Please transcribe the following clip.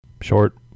Short